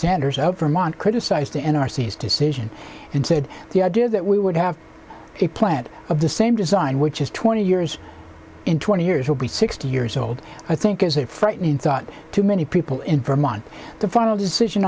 sanders of vermont criticized the n r c its decision and said the idea that we would have a plant of the same design which is twenty years in twenty years will be sixty years old i think is a frightening thought to many people in vermont the final decision